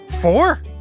four